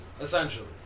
Essentially